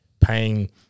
paying